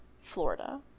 Florida